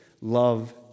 love